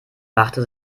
machte